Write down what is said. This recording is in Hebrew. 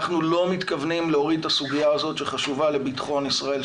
אנחנו לא מתכוונים להוריד את הסוגיה הזאת שחשובה לבטחון ישראל,